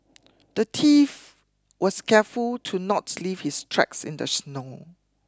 the thief was careful to not leave his tracks in the snow